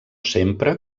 sempre